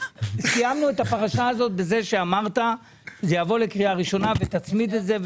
סיימנו את הפרשה הזאת בזה שאמרת שזה יבוא לקריאה ראשונה ותצמיד את זה.